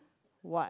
what